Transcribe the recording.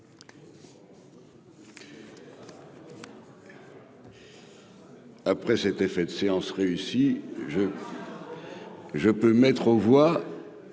Après cet effet de séance réussi je je peux mettre aux voix